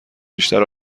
بیشتر